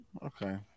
Okay